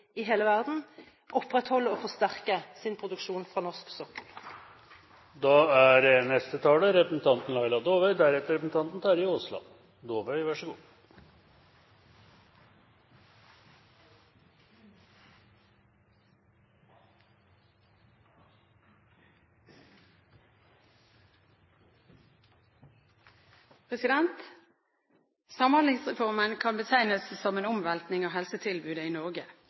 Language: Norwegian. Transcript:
i hele verden, opprettholder og forsterker sin produksjon på norsk sokkel. Samhandlingsreformen kan betegnes som en omveltning av helsetilbudet i Norge.